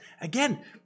Again